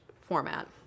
format